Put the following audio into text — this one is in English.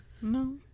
no